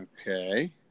Okay